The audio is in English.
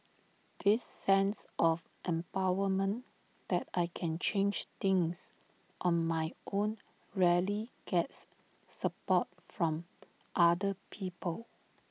this sense of empowerment that I can change things on my own rarely gets support from other people